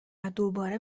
دوباره